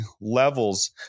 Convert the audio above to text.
levels